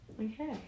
okay